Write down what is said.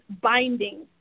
binding